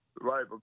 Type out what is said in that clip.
Right